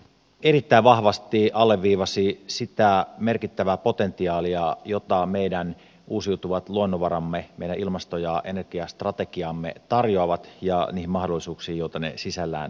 valiokunta erittäin vahvasti alleviivasi sitä merkittävää potentiaalia jota meidän uusiutuvat luonnonvaramme meidän ilmasto ja energiastrategiaamme tarjoavat ja niitä mahdollisuuksia joita ne sisällään pitävät